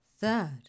Third